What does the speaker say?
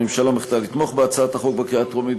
הממשלה החליטה לתמוך בהצעת החוק בקריאה טרומית,